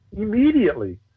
Immediately